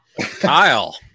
Kyle